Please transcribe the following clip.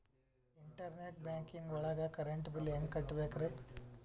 Internet banking ಒಳಗ್ current bill ಹೆಂಗ್ ಕಟ್ಟ್ ಬೇಕ್ರಿ?